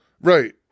Right